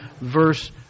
verse